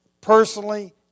personally